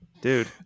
Dude